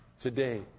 Today